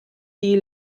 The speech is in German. die